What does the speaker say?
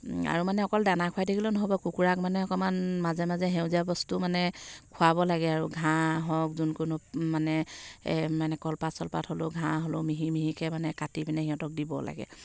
আৰু মানে অকল দানা খুৱাই থাকিলও নহ'ব কুকুৰাক মানে অকণমান মাজে মাজে সেউজীয়া বস্তু মানে খোৱাব লাগে আৰু ঘাঁহ হওক যোন কোনো মানে এই মানে কলপাত চলপাত হ'লেও ঘাঁহ হ'লেও মিহি মিহিকৈ মানে কাটি পিনে সিহঁতক দিব লাগে